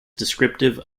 descriptive